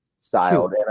styled